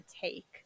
take